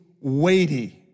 weighty